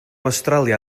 awstralia